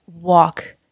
walk